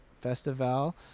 Festival